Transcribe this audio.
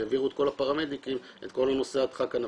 העבירו את כל הפרמדיקים את כל נושא הדחק הנפשי,